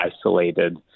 isolated